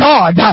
God